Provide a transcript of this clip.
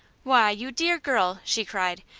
why, you dear girl, she cried.